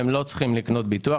שהם לא צריכים לקנות ביטוח.